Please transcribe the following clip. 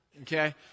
okay